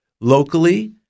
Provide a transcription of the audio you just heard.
locally